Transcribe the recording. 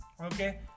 okay